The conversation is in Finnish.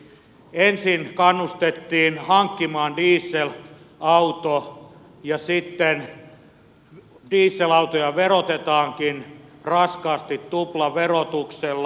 ensin kannustettiin hankkimaan diesel auto ja sitten diesel autoja verotetaankin raskaasti tuplaverotuksella